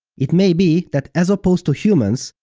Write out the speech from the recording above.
it may be that as opposed to humans,